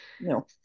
No